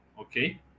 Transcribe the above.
okay